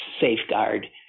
safeguard